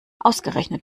ausgerechnet